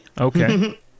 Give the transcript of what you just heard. Okay